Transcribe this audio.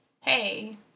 hey